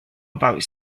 about